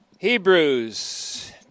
Hebrews